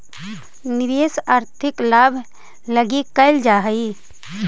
निवेश आर्थिक लाभ लगी कैल जा हई